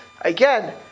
again